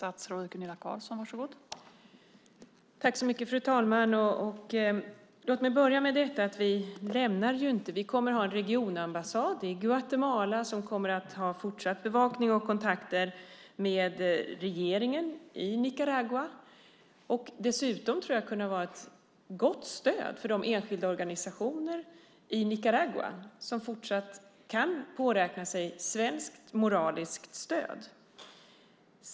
Fru talman! Låt mig börja med att säga att vi lämnar ju inte Nicaragua. Vi kommer att ha en regionambassad i Guatemala som kommer att ha fortsatt bevakning och kontakter med regeringen i Nicaragua. Dessutom tror jag att den kommer att kunna vara ett gott stöd för de enskilda organisationer i Nicaragua som fortsatt kan påräkna svenskt moraliskt stöd.